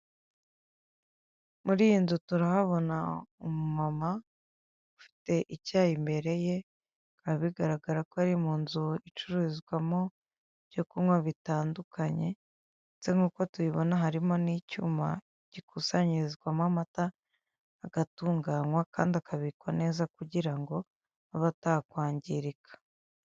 Muri iyi nzu turahabona umumama ufite icyayi imbere ye, biba bigaragara ko ari munzu icururizwamo ibyo kunywa bitandukanye, ndetse nkuko tubibona harimo n'icyuma gikusanyirizwamo amata, agatunganywa kandi akabikwa neza kugirango abe atakangirika.